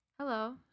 Hello